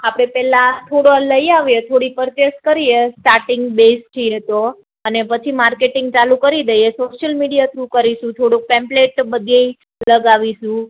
આપણે પહેલાં આ થોડું લઈ આવીએ થોડી પરચેસ કરીએ સ્ટાર્ટિંગ બેઝ છીએ તો અને પછી માર્કેટિંગ ચાલુ કરી દઇએ સોશિયલ મીડિયા થ્રુ કરીશું થોડુંક પેમ્પલેટ બધે લગાવીશું